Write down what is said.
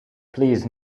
please